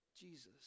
Jesus